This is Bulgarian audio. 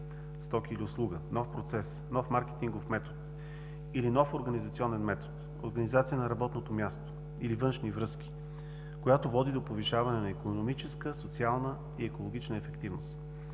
стока или услуга, нов процес, нов маркетингов метод, или нов организационен метод, организация на работното място, или външни връзки, която води до повишаване на икономическа, социална и екологична ефективност.